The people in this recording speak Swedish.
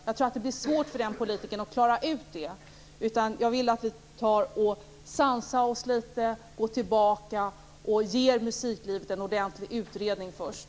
Jag vill att vi sansar oss litet, går tillbaka och ger musiklivet en ordentlig utredning först.